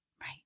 Right